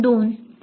2 3